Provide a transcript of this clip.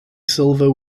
silver